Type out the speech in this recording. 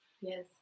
Yes